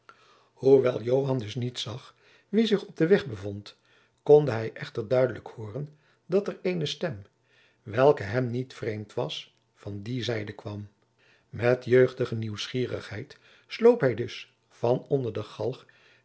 hoewel joan dus niet zag wie zich op den weg bevond konde hij echter duidelijk hooren dat er eene stem welke hem niet vreemd was van die zijde kwam met jeugdige nieuwsgierigheid sloop hij dus van onder den galg